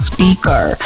Speaker